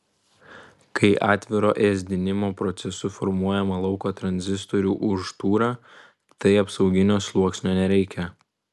kai atviro ėsdinimo procesu formuojama lauko tranzistorių užtūra tai apsauginio sluoksnio nereikia